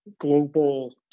global